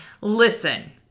Listen